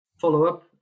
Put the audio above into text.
follow-up